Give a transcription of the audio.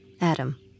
Adam